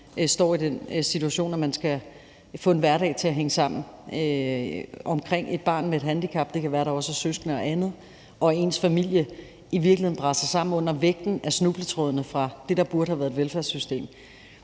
står i den situation, at man skal få en hverdag til at hænge sammen omkring et barn med et handicap – det kan være, at der også er søskende og andet – og ens familie i virkeligheden braser sammen under vægten af snubletrådene fra det, der burde have været et velfærdssystem.